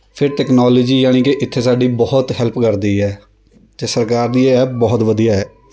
ਫ਼ਿਰ ਟੈਕਨੋਲਜੀ ਯਾਨੀ ਕਿ ਇੱਥੇ ਸਾਡੀ ਬਹੁਤ ਹੈਲਪ ਕਰਦੀ ਹੈ ਅਤੇ ਸਰਕਾਰ ਦੀ ਇਹ ਐਪ ਬਹੁਤ ਵਧੀਆ ਹੈ